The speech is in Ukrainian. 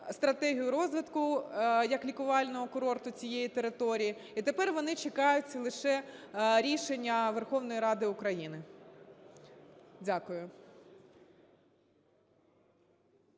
стратегію розвитку як лікувального курорту цієї території, і тепер вони чекають лише рішення Верховної Ради України. Дякую.